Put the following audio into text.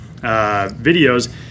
videos